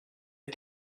des